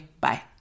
Bye